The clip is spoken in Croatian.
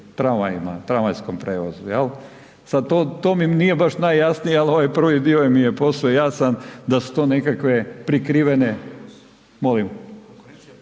tramvajskom prijevozu, jel. Sad to mi nije baš najjasnije ali ovaj prvi dio mi je posve jasan da su to nekakve prikrivene…